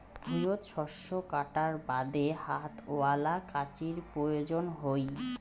ভুঁইয়ত শস্য কাটার বাদে হাতওয়ালা কাঁচির প্রয়োজন হই